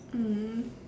mm